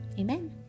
Amen